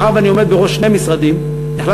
מאחר שאני עומד בראש שני משרדים החלטתי